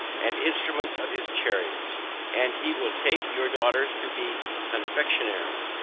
and instruments of his chariots and he will take your daughters to be confectionaries,